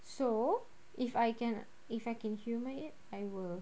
so if I can if I can humour it I will